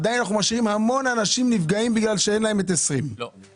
עדיין אנחנו משאירים המון אנשים נפגעים בגלל שאין להם את 2020. לא.